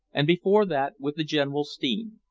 and before that with the general steam.